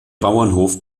bauernhof